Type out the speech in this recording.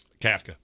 Kafka